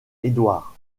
édouard